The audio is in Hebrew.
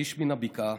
האיש מן הבקעה,